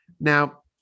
Now-